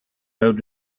out